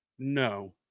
no